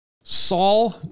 Saul